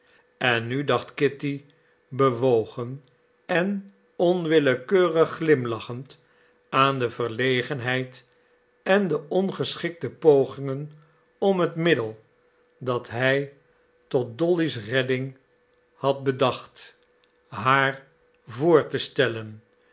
en nu dacht kitty bewogen en onwillekeurig glimlachend aan de verlegenheid en de ongeschikte pogingen om het middel dat hij tot dolly's redding had bedacht haar voor te stellen